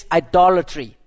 idolatry